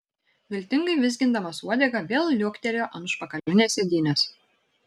viltingai vizgindamas uodegą vėl liuoktelėjo ant užpakalinės sėdynės